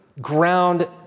ground